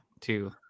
Two